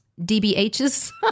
DBH's